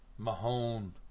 Mahone